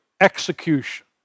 execution